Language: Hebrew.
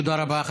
תודה רבה.